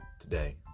today